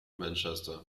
manchester